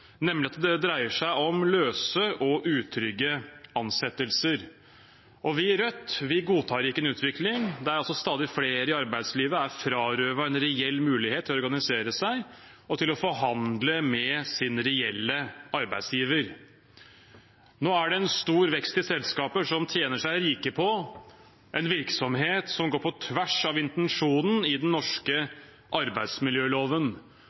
nemlig at det dreier seg om løse og utrygge ansettelser. Vi i Rødt godtar ikke en utvikling der stadig flere i arbeidslivet er frarøvet en reell mulighet til å organisere seg og til å forhandle med sin reelle arbeidsgiver. Nå er det en stor vekst i antall selskaper som tjener seg rike på en virksomhet som går på tvers av intensjonen i den